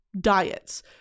diets